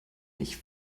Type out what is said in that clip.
nicht